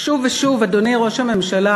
שוב ושוב, אדוני ראש הממשלה,